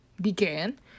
began